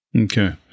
Okay